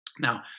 now